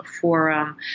forum